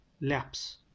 laps